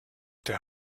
der